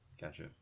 Gotcha